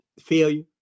failure